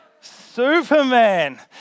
Superman